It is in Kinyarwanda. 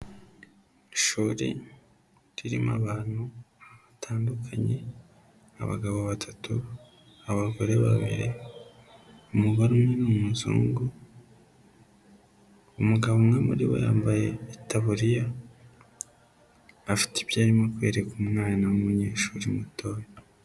Ishuri ririmo abantu batandukanye abagabo batatu, abagore babiri umugore umwe ni umuzungu, umugabo umwe muri bo yambaye itariya afite ibyo arimo kwereka umwana w'umunyeshuri muto.